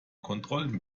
kontrollen